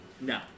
No